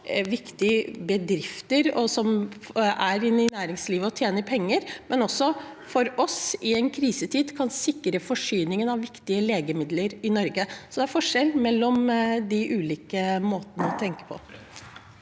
viktige bedrifter som er i næringslivet og tjener penger, men som også er der for oss i en krisetid og kan sikre forsyningen av viktige legemidler i Norge. Det er en forskjell mellom de ulike måtene å tenke på.